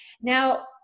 Now